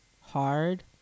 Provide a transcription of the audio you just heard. hard